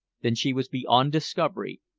then she was beyond discovery,